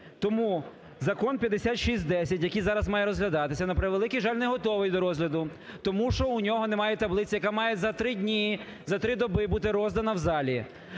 Тому Закон 5610, який зараз має розглядатися, на превеликий жаль, не готовий до розгляду, тому що у нього немає таблиці, яка має за три дні, за три доби бути роздана в залі.